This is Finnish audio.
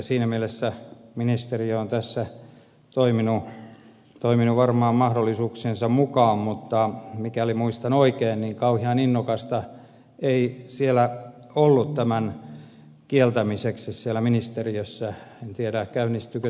siinä mielessä ministeriö on tässä toiminut varmaan mahdollisuuksiensa mukaan mutta mikäli muistan oikein niin kauhean innokkaita ei oltu tämän kieltämiseksi siellä ministeriössä ainakaan virkamiestasolla